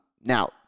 Now